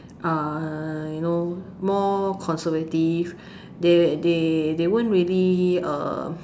uh you know more conservative they they wouldn't really err